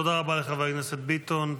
תודה רבה לחבר הכנסת ביטון,